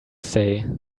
say